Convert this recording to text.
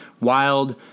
Wild